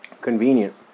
Convenient